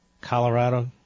Colorado